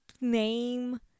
name